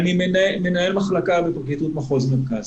אני מנהל מחלקה בפרקליטות מחוז מרכז.